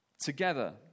Together